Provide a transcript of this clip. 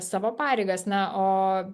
savo pareigas na o